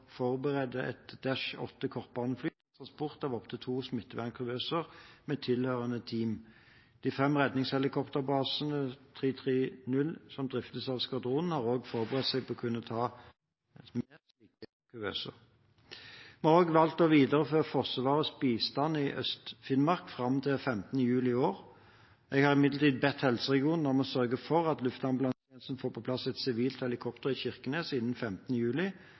forberede et Dash 8-kortbanefly til transport av opptil to smittevernkuvøser med tilhørende team. De fem redningshelikopterbasene som driftes av 330-skvadronen, har også forberedt seg på å kunne ta med slike kuvøser. Vi har også valgt å videreføre Forsvarets bistand i Øst-Finnmark fram til 15. juli i år. Jeg har imidlertid bedt helseregionene om å sørge for at luftambulansetjenesten får på plass et sivilt helikopter i Kirkenes innen 15. juli